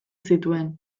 zituen